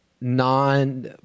non